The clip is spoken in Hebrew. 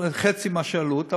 חצי מהעלות,